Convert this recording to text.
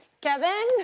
Kevin